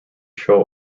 show